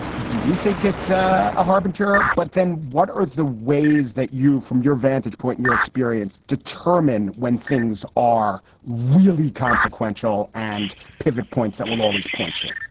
do you think it's a ah harbinger? but then what are the ways that you, from your vantage point, your experience, determine when things are really consequential and pivot points that will always point to,